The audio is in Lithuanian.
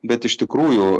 bet iš tikrųjų